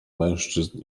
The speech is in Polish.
mężczyzn